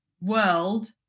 world